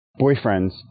boyfriends